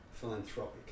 philanthropic